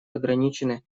ограничены